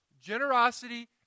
generosity